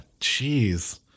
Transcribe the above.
jeez